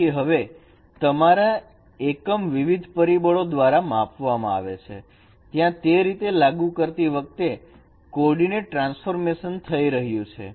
તેથી હવે તમારા એકમ વિવિધ પરિબળો દ્વારા માપવામાં આવે છે ત્યાં તે રીતે લાગુ કરતી વખતે કોર્ડીનેટ ટ્રાન્સફોર્મેશન થઈ રહ્યું છે